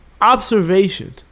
observation